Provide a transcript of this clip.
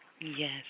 Yes